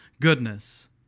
goodness